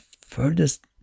furthest